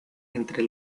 entre